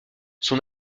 son